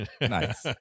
Nice